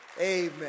Amen